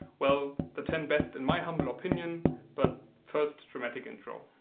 well the ten best in my humble opinion but first dramatic intro